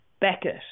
Beckett